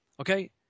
Okay